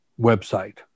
website